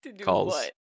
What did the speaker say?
Calls